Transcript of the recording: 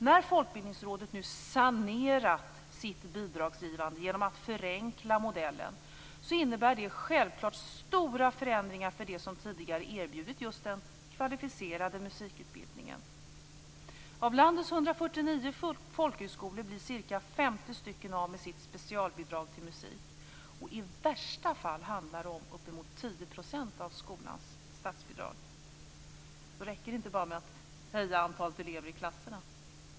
När Folkbildningsrådet nu sanerat sitt bidragsgivande genom att förenkla modellen innebär det självklart stora förändringar för dem som tidigare erbjudit just den kvalificerade musikutbildningen. Av landets 149 folkhögskolor blir ca 50 stycken av med sitt specialbidrag till musik. I värsta fall handlar det om uppemot 10 % av skolans statsbidrag. Då räcker det inte att enbart öka antalet elever i klasserna.